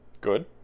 Good